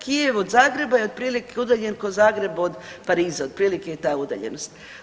Kijev od Zagreba je otprilike udaljen kao Zagreb od Pariza, otprilike je ta udaljenost.